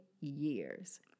years